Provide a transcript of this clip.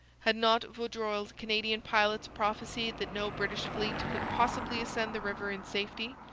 had not vaudreuil's canadian pilots prophesied that no british fleet could possibly ascend the river in safety,